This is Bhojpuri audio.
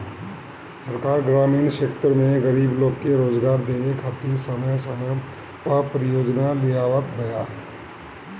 सरकार ग्रामीण क्षेत्र में गरीब लोग के रोजगार देवे खातिर समय समय पअ परियोजना लियावत बिया